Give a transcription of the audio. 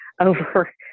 over